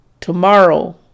Tomorrow